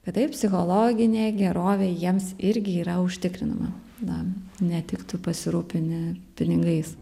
kad taip psichologinė gerovė jiems irgi yra užtikrinama na ne tik tu pasirūpini pinigais